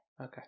Okay